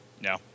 No